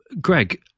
Greg